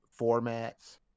formats